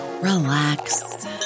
relax